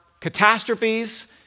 catastrophes